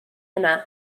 yna